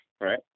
right